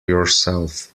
yourself